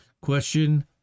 question